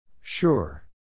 Sure